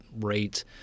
rate